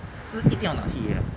是一定要拿 T_A ah